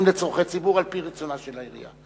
לצורכי ציבור על-פי רצונה של העירייה.